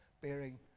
bearing